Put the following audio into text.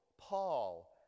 Paul